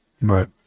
Right